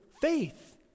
faith